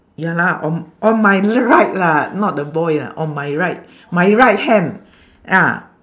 ya lah on on my l~ right lah not the boy ah on my right my right hand ah